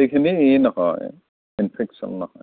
সেইখিনি এই নহয় ইনফেকচন নহয়